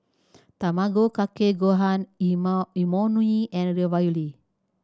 Tamago Kake Gohan Imoni and Ravioli